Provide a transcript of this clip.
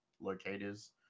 locators